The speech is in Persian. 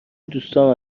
دوستام